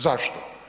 Zašto?